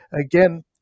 again